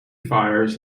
fires